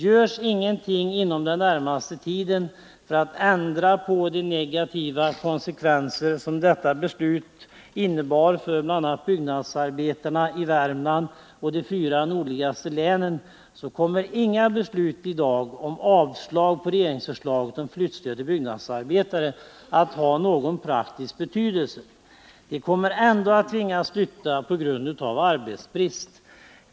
Görs ingenting inom den närmaste tiden för att ändra på de negativa konsekvenser som detta beslut innebar för bl.a. byggnadsarbetarna i Värmland och de fyra nordligaste länen så kommer inget avslag i dag på regeringsförslaget om flyttstöd till byggnadsarbetare att ha någon praktisk betydelse. De kommer ändå att tvingas flytta på grund av arbetsbrist.